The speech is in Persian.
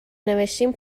نوشتین